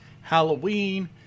Halloween